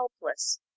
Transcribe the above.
helpless